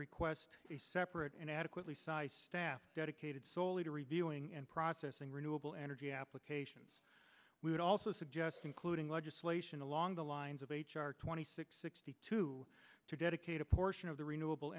request a separate and adequately psi staff dedicated solely to reviewing and processing renewable energy applications we would also suggest including legislation along the lines of h r twenty six sixty two to dedicate a portion of the renewable